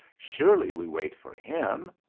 surely we wait for him.